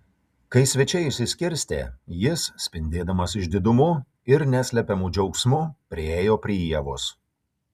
kai svečiai išsiskirstė jis spindėdamas išdidumu ir neslepiamu džiaugsmu priėjo prie ievos